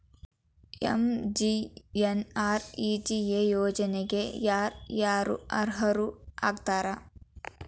MGNREGA ಯೋಜನೆಗೆ ಯಾರ ಯಾರು ಅರ್ಹರು ಆಗ್ತಾರ?